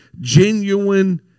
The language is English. genuine